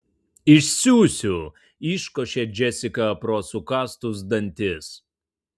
išsiųsiu iškošia džesika pro sukąstus dantis